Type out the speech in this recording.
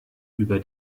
über